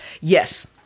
yes